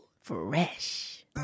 fresh